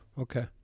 Okay